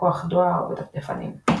לקוח דואר ודפדפנים.